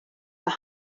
were